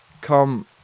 come